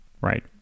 right